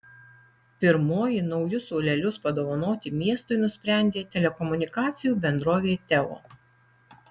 pirmoji naujus suolelius padovanoti miestui nusprendė telekomunikacijų bendrovė teo